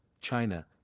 China